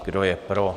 Kdo je pro?